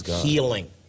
healing